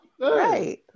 Right